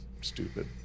stupid